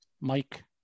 mike